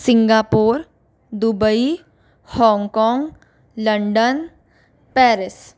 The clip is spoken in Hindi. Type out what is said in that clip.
Singapore Dubai Hong Kong London Paris